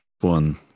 one